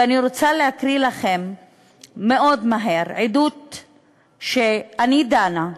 ואני רוצה להקריא לכם מאוד מהר עדות: "אני דנה,